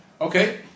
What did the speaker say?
Okay